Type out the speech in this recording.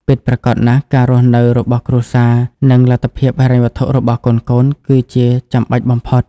ពិតប្រាកដណាស់ ការរស់នៅរបស់គ្រួសារ និងលទ្ធភាពហិរញ្ញវត្ថុរបស់កូនៗគឺជាចាំបាច់បំផុត។